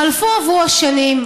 חלפו עברו השנים.